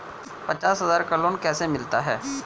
पचास हज़ार का लोन कैसे मिलता है?